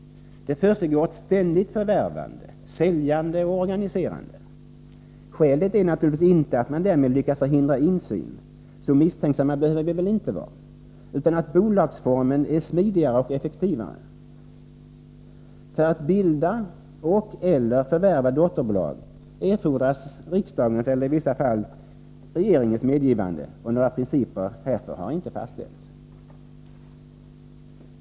Det försiggår ett ständigt förvärvande, säljande och organiserande. Skälet är naturligtvis inte att man därmed lyckas förhindra insyn, så misstänksamma behöver vi väl inte vara, utan att bolagsformen är smidigare och effektivare. För att bilda och/eller förvärva dotterbolag erfordras riksdagens eller i vissa fall regeringens medgivande, och några principer härför har inte fastställts.